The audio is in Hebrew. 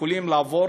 יכולים לעבור